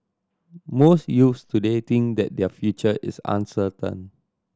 most youths today think that their future is uncertain